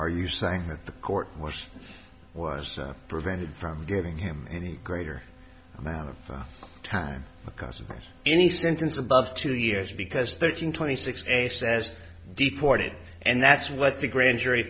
are you saying that the court was was prevented from giving him any greater amount of time because of any sentence above two years because thirteen twenty six a says deported and that's what the grand jury